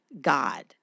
God